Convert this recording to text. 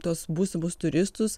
tuos būsimus turistus